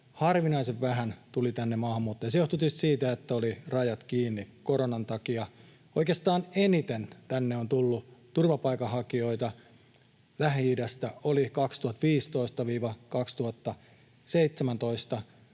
harvinaisen vähän tuli tänne maahanmuuttajia. Se johtui tietysti siitä, että olivat rajat kiinni koronan takia. Oikeastaan eniten tänne on tullut turvapaikanhakijoita Lähi-idästä 2015—2017.